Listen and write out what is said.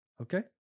Okay